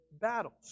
battles